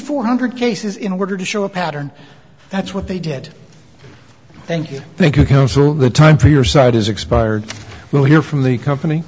four hundred cases in order to show a pattern that's what they did thank you thank you so the time for your side is expired we'll hear from the company